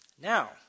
Now